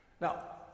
Now